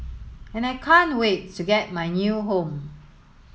and I can't wait to get my new home